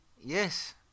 Yes